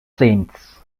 saints